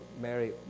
Mary